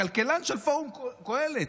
הכלכלן של פורום קהלת,